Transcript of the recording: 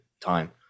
time